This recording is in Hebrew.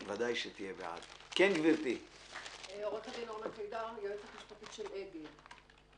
אני יועצת משפטית של "אגד".